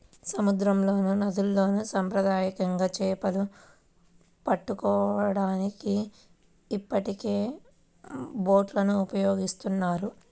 సముద్రాల్లోనూ, నదుల్లోను సాంప్రదాయకంగా చేపలను పట్టుకోవడానికి ఇప్పటికే బోట్లను ఉపయోగిస్తున్నారు